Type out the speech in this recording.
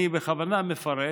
אני בכוונה מפרט,